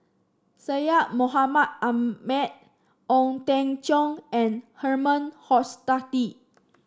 Syed Mohamed Ahmed Ong Teng Cheong and Herman Hochstadt